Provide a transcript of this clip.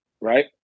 right